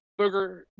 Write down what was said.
Booger